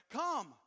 come